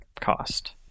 cost